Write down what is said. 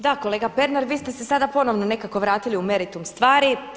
Da kolega Pernar vi ste se sada ponovno nekako vratili u meritum stvari.